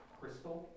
crystal